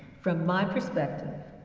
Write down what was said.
from my perspective,